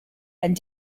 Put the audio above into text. and